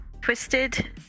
twisted